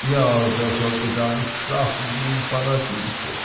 ja wer wollte da nicht schlafen wie im paradiese